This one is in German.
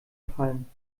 fallen